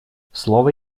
слово